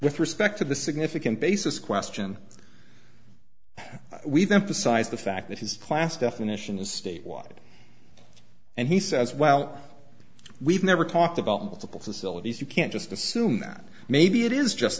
with respect to the significant basis question we've emphasized the fact that his class definition is state wide and he says well we've never talked about multiple facilities you can't just assume that maybe it is just